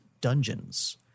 dungeons